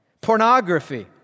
pornography